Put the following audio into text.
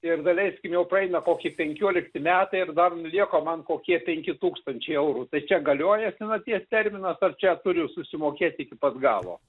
ir daleiskim jau praeina koki penkiolikti metai ir dar lieka man kokie penki tūkstančiai eurų tai čia galioja senaties terminas ar čia turiu susimokėt iki pat galo